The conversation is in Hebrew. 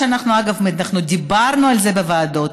דיברנו על זה בוועדות,